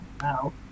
now